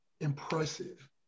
impressive